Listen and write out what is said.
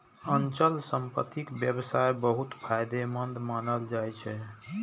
अचल संपत्तिक व्यवसाय बहुत फायदेमंद मानल जाइ छै